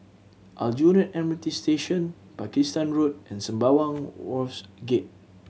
Aljunied M R T Station Pakistan Road and Sembawang Wharves Gate